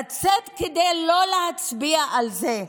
לצאת כדי לא להצביע על זה,